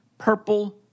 Purple